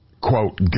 quote